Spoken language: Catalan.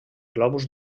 globus